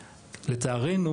לצערנו,